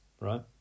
right